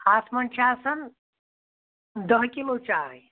اَتھ منٛز چھِ آسان دٔہ کِلوٗ چاے